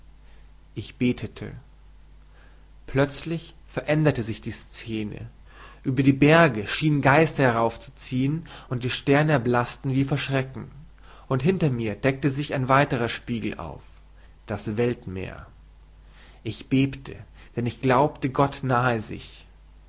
ich betete plötzlich veränderte sich die szene über die berge schienen geister heraufzuziehen und die sterne erblaßten wie vor schrecken und hinter mir deckte sich ein weiter spiegel auf das weltmeer ich bebte denn ich glaubte gott nahe sich